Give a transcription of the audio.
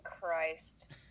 christ